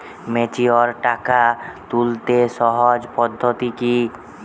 Mature টাকা তুলতে সহজ পদ্ধতি কি?